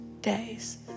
days